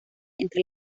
entre